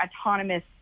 autonomous